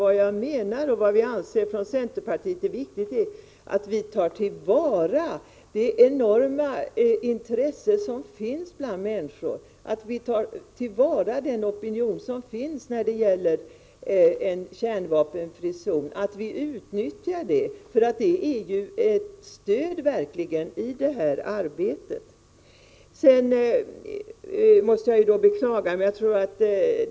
Vad jag och centerpartiet anser är viktigt är att vi tar till vara det enorma intresse som finns bland människor, den opinion som finns för en kärnvapenfri zon, och utnyttjar det. Det skulle vara ett stöd i arbetet.